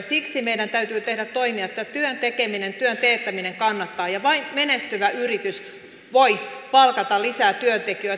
siksi meidän täytyy tehdä toimia jotta työn tekeminen työn teettäminen kannattaa ja menestyvä yritys voi palkata lisää työntekijöitä